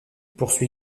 poursuit